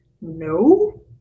no